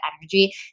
energy